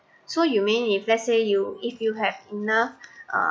so you mean if let's say you if you have enough uh